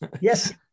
Yes